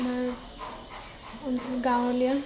আমাৰ অঞ্চল গাঁৱলীয়া